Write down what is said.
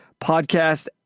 Podcast